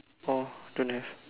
oh don't have